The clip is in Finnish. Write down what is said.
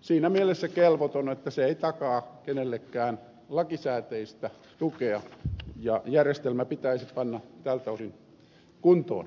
siinä mielessä kelvoton että se ei takaa kenellekään lakisääteistä tukea ja järjestelmä pitäisi panna tältä osin kuntoon